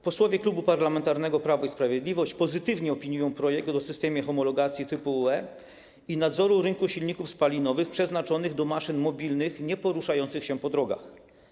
Posłowie Klubu Parlamentarnego Prawo i Sprawiedliwość pozytywnie opiniują projekt o systemach homologacji typu UE i nadzoru rynku silników spalinowych przeznaczonych do maszyn mobilnych nieporuszających się po drogach.